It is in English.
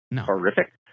horrific